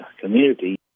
community